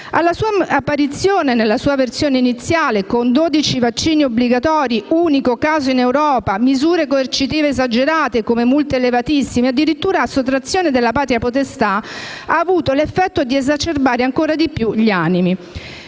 Alla sua apparizione nella versione iniziale, con dodici vaccini obbligatori (unico caso in Europa) e misure coercitive esagerate (multe elevatissime e addirittura la sottrazione della patria potestà), ha avuto l'effetto di esacerbare ancora di più gli animi.